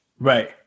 Right